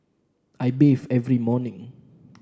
I bathe every morning